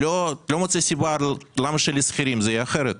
אני לא מוצא סיבה למה לשכירים השיטה תהיה אחרת.